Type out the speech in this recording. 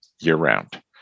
year-round